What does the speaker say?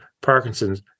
Parkinson's